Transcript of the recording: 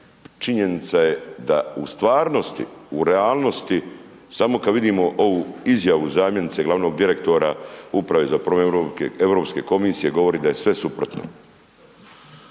činjenica je da u stvarnosti, u realnosti samo kad vidimo ovu izjavu zamjenice glavnog direktora Uprave za promet Europske komisije govori da je sve suprotno.